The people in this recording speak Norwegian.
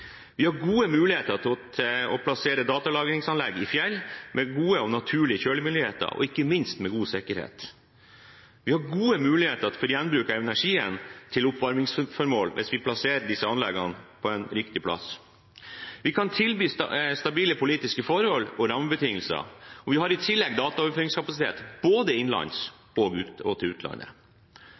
Vi har gode muligheter til å plassere datalagringsanlegg i fjell med gode og naturlige kjølemuligheter og ikke minst med god sikkerhet. Vi har gode muligheter for gjenbruk av energien til oppvarmingsformål hvis vi plasserer disse anleggene på riktig plass. Vi kan tilby stabile politiske forhold og rammebetingelser. Vi har i tillegg dataoverføringskapasitet både innenlands og til utlandet.